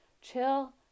Chill